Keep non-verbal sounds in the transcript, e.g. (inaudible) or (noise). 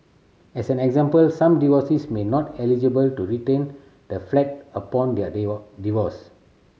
as an example some divorcees may not be eligible to retain the flat upon their (unintelligible) divorce